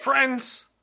Friends